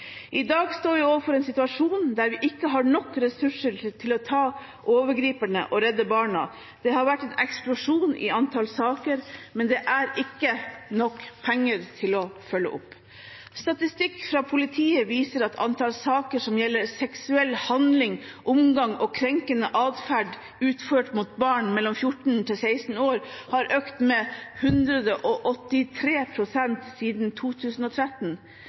I dag står vi overfor en situasjon der vi ikke har nok ressurser til å ta overgriperne og redde barna. Det har vært en eksplosjon i antall saker, men det er ikke nok penger til å følge opp. Statistikk fra politiet viser at antallet saker som gjelder seksuell handling, omgang og krenkende atferd utført mot barn mellom 14 og 16 år, har økt med 183 pst. siden 2013.